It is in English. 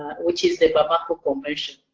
which is the bamako convention.